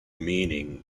meaning